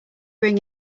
ring